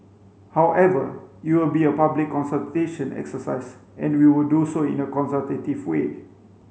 however it will be a public consultation exercise and we will do so in a consultative way